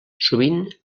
sovint